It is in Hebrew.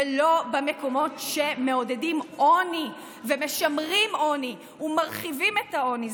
ולא במקומות שמעודדים עוני ומשמרים עוני ומרחיבים את העוני.